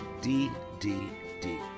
ddd